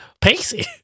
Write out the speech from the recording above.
Pacey